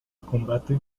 combate